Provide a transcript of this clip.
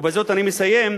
ובזאת אני מסיים,